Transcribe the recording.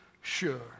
sure